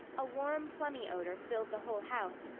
a warm plummy odor filled the whole house,